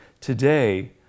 today